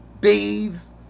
bathes